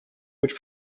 which